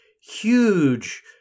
huge